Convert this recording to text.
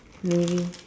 maybe